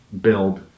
build